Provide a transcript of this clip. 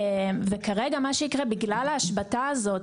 כרגע מה שיקרה בגלל ההשבתה הזו,